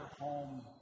home